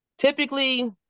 Typically